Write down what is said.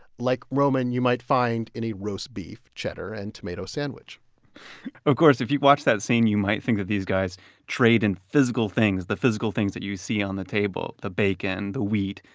like, roman, you might find in a roast beef, cheddar and tomato sandwich of course, if you watch that scene, you might think that these guys trade in physical things, the physical things that you see on the table the bacon, the wheat,